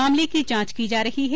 मामले की जांच की जा रही है